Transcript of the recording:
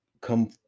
come